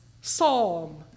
Psalm